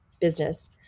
business